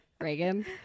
reagan